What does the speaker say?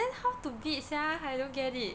then how to bid sia I don't get it